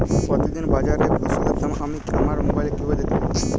প্রতিদিন বাজারে ফসলের দাম আমি আমার মোবাইলে কিভাবে দেখতে পাব?